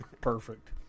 Perfect